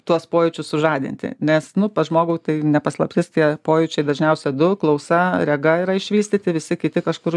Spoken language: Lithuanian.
tuos pojūčius sužadinti nes nu pas žmogų tai ne paslaptis tie pojūčiai dažniausiai du klausa rega yra išvystyti visi kiti kažkur